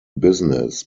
business